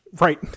Right